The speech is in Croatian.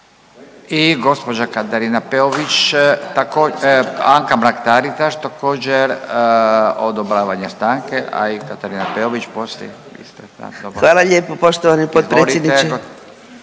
I gospođa Katarina Peović, Anka Mrak Taritaš također odobravanje stanke, a i Katarina Peović poslije. Izvolite. **Mrak-Taritaš, Anka